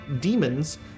demons